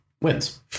wins